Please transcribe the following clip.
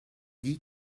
dit